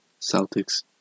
Celtics